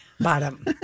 bottom